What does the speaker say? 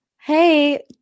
Hey